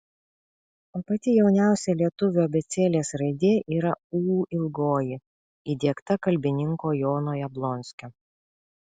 o pati jauniausia lietuvių abėcėlės raidė yra ū įdiegta kalbininko jono jablonskio